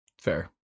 Fair